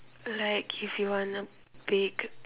like if you want a big